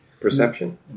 Perception